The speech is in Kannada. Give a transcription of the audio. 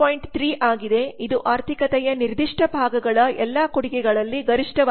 3 ಆಗಿದೆ ಇದು ಆರ್ಥಿಕತೆಯ ನಿರ್ದಿಷ್ಟ ಭಾಗಗಳ ಎಲ್ಲಾ ಕೊಡುಗೆಗಳಲ್ಲಿ ಗರಿಷ್ಠವಾಗಿದೆ